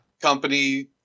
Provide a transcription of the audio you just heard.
company